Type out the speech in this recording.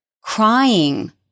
crying